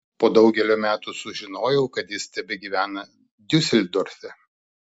po daugelio metų sužinojau kad jis tebegyvena diuseldorfe